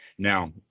Now